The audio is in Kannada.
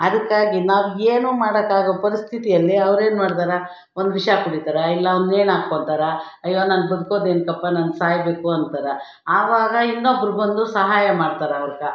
ಅದಕ್ಕಾಗಿ ನಾವು ಏನು ಮಾಡೋಕಾಗೋ ಪರಿಸ್ಥಿತಿಯಲ್ಲಿ ಅವ್ರೇನು ಮಾಡ್ತಾರೆ ಒಂದು ವಿಷ ಕುಡೀತಾರೆ ಇಲ್ಲ ಒಂದು ನೇಣು ಹಾಕ್ಕೋತ್ತಾರೆ ಅಯ್ಯೋ ನಾನು ಬದ್ಕೋದೇಕಪ್ಪಾ ನಾನು ಸಾಯಬೇಕು ಅಂತಾರೆ ಆವಾಗ ಇನ್ನೊಬ್ಬರು ಬಂದು ಸಹಾಯ ಮಾಡ್ತಾರೆ ಅವ್ರ್ಗೆ